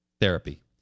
Therapy